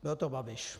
Byl to Babiš.